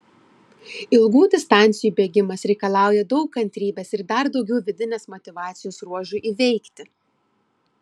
ilgų distancijų bėgimas reikalauja daug kantrybės ir dar daugiau vidinės motyvacijos ruožui įveikti